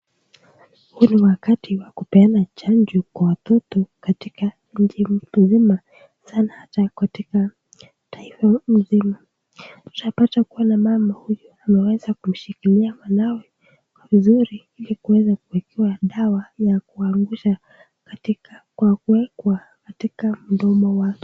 Huu ni wakati wa kupeana chanjo kwa watoto katika nchi nzima sawa na katika taifa nzima. Tunapata kuona mama huyu ameweza kumshikilia mwanawe vizuri ili kuweza kuwekewa dawa ya kuangusha katika kwa kuwekwa katika mdomo wake.